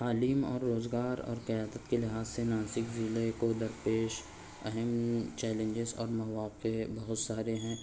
تعلیم اور روزگار اور قیادت کے لحاظ سے ناسک ضلع کو در پیش اہم چیلینجیز اور مواقع بہت سارے ہیں